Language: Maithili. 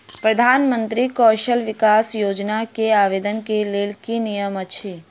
प्रधानमंत्री कौशल विकास योजना केँ आवेदन केँ लेल की नियम अछि?